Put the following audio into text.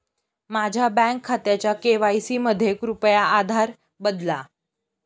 माझ्या बँक खात्याचा के.वाय.सी मध्ये कृपया आधार बदला